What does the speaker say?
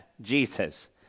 Jesus